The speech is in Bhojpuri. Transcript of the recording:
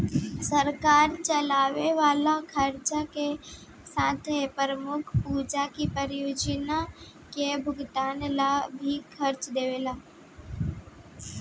सरकार चले वाला खर्चा के साथे प्रमुख पूंजी परियोजना के भुगतान ला भी कर्ज देवेले